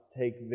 take